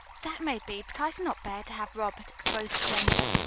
that may be but i cannot bear to have robert exposed to danger.